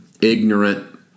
ignorant